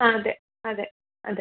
ആ അതെ അതെ അതെ